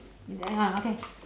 you hang on okay